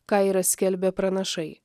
ką yra skelbę pranašai